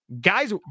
guys